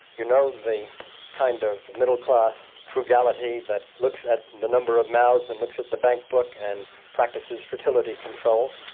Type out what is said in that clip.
you know the kind of middle-class frugality that looks at the number of mouths and looks at the bank-book and practices fertility control,